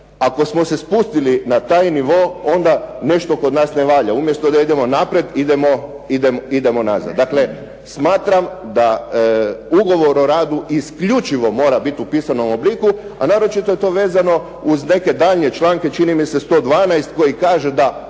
Ako smo se spustili na taj nivo, onda nešto kod nas ne valja. Umjesto da idemo naprijed idemo nazad. Dakle, smatram da ugovor o radu isključivo mora biti napisan u pisanom obliku, a naročito je to vezano uz neke daljnje članke, čini mi se 112. koji kaže da